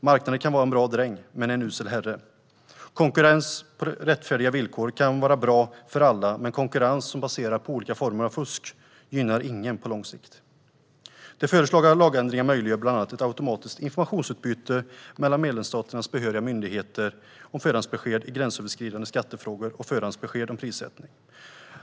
Marknaden kan vara en bra dräng men är en usel herre. Konkurrens på rättfärdiga villkor kan vara bra för alla, men konkurrens som baseras på olika former av fusk gynnar ingen på lång sikt. Den föreslagna lagändringen möjliggör bland annat ett automatiskt informationsutbyte mellan medlemsstaternas behöriga myndigheter om förhandsbesked i gränsöverskridande skattefrågor och förhandsbesked om prissättning.